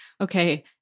okay